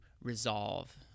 resolve